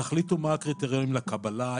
תחליטו מה הקריטריונים לקבלה,